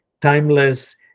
timeless